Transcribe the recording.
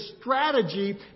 strategy